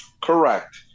Correct